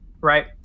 right